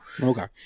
Okay